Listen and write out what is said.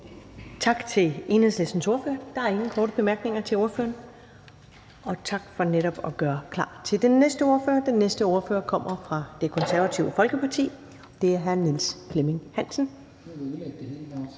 Tak til Enhedslistens ordfører. Der er ingen korte bemærkninger til ordføreren. Tak for at gøre klar til den næste ordfører. Den næste ordfører kommer fra Det Konservative Folkeparti, og det er hr. Niels Flemming Hansen.